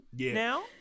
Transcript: Now